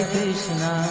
Krishna